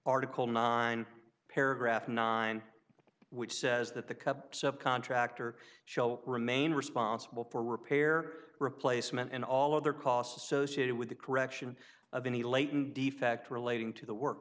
article nine paragraph nine which says that the cups of contractor show remain responsible for repair replacement and all other costs associated with the correction of any latent defect relating to the work